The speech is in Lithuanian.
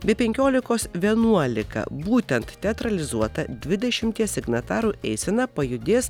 be penkiolikos vienuolika būtent teatralizuota dvidešimties signatarų eisena pajudės